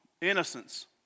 innocence